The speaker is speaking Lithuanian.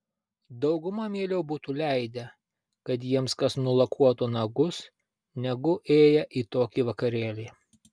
dauguma mieliau būtų leidę kad jiems kas nulakuotų nagus negu ėję į tokį vakarėlį